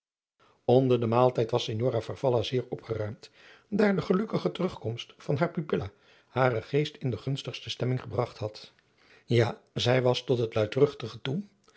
onder den maaltijd was signora farfalla zeer opgeruimd daar de gelukkige terugkomst van haar pupila haren geest in de gunstigste stemming gebragt had ja zij was tot het luidruchtige toe